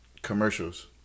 commercials